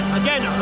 again